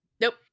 nope